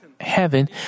heaven